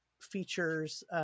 features